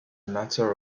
matter